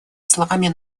словами